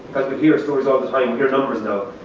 but hear stories all the time. we hear numbers now.